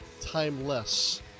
timeless